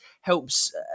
helps